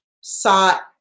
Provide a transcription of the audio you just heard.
sought